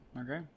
Okay